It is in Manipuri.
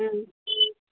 ꯎꯝ